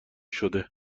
شده